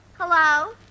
Hello